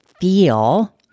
feel